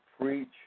preach